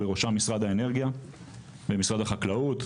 בראשם משרד האנרגיה ומשרד החקלאות,